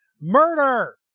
Murder